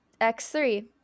x3